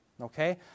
okay